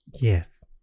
yes